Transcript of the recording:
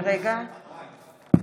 רגע, רגע.